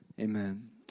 Amen